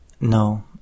No